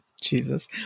Jesus